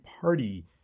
party